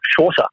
shorter